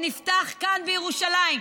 שנפתח כאן בירושלים,